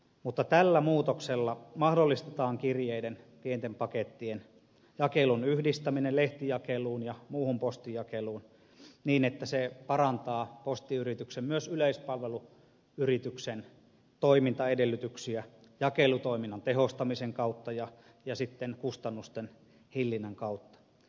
mutta tällä muutoksella mahdollistetaan kirjeiden pienten pakettien jakelun yhdistäminen lehtijakeluun ja muuhun postijakeluun niin että se parantaa postiyrityksen myös yleispalveluyrityksen toimintaedellytyksiä jakelutoiminnan tehostamisen kautta ja sitten kustannusten hillinnän kautta